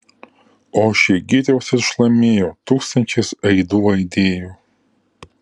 ošė girios ir šlamėjo tūkstančiais aidų aidėjo